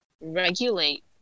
regulate